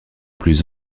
plus